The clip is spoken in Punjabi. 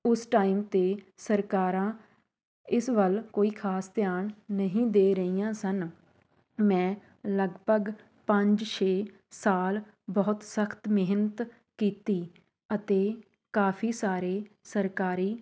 ਉਸ ਟਾਈਮ 'ਤੇ ਸਰਕਾਰਾਂ ਇਸ ਵੱਲ ਕੋਈ ਖਾਸ ਧਿਆਨ ਨਹੀਂ ਦੇ ਰਹੀਆਂ ਸਨ ਮੈਂ ਲਗਭਗ ਪੰਜ ਛੇ ਸਾਲ ਬਹੁਤ ਸਖਤ ਮਿਹਨਤ ਕੀਤੀ ਅਤੇ ਕਾਫੀ ਸਾਰੇ ਸਰਕਾਰੀ